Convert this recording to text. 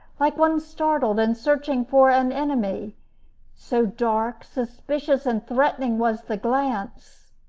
like one startled and searching for an enemy so dark, suspicious, and threatening was the glance.